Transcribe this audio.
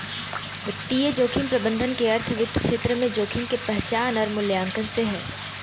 वित्तीय जोखिम प्रबंधन के अर्थ वित्त क्षेत्र में जोखिम के पहचान आर मूल्यांकन से हय